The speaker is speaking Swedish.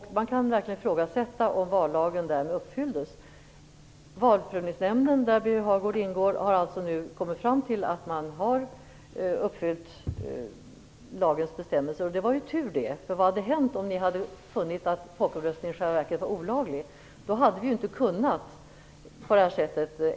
Man kan verkligen ifrågasätta om vallagen därmed uppfylldes. Valprövningsnämnden, där Birger Hagård ingår, har nu kommit fram till att man har uppfyllt lagens bestämmelser, och det var ju tur det. Vad hade hänt om ni hade funnit att folkomröstningen i själva verket var olaglig? Då hade vi ju inte kunnat ändra grundlagen på det här sättet.